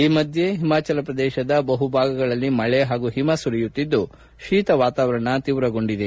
ಈ ಮಧ್ಯೆ ಹಿಮಾಚಲ ಪ್ರದೇಶದ ಬಹು ಭಾಗಗಳಲ್ಲಿ ಮಳೆ ಹಾಗೂ ಹಿಮಾ ಸುರಿಯುತ್ತಿದ್ದು ಶೀತಾವಾತಾವರಣ ತೀವ್ರಗೊಂಡಿದೆ